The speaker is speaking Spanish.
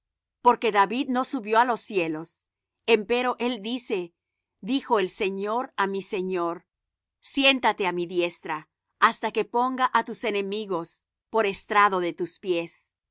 porque david no subió á los cielos empero él dice dijo el señor á mi señor siéntate á mi diestra hasta que ponga á tus enemigos por estrado de tus pies